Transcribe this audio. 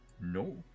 No